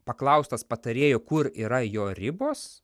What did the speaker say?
paklaustas patarėjų kur yra jo ribos